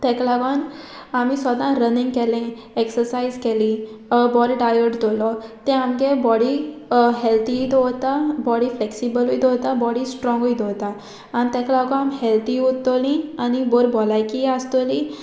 ताका लागोन आमी सोदां रनिंग केलें एक्सरसायज केली बोरें डायर्ट दवरलो तें आमगे बॉडी हेल्थी दवरता बॉडी फ्लेक्सिबलूय दोवोत्ता बॉडी स्ट्रोंगूय दोवोत्ता आनी ताका लागोन आमी हेल्थी उत्तोली आनी बोर भोलायकीय आसतोली